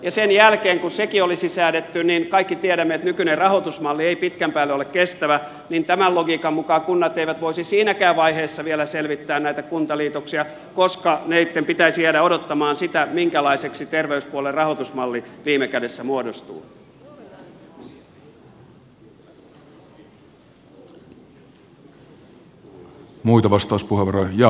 ja sen jälkeen kun sekin olisi säädetty niin kaikki tiedämme että nykyinen rahoitusmalli ei pitkän päälle ole kestävä niin että tämän logiikan mukaan kunnat eivät voisi siinäkään vaiheessa vielä selvittää näitä kuntaliitoksia koska niitten pitäisi jäädä odottamaan sitä minkälaiseksi terveyspuolen rahoitusmalli viime kädessä muodostuu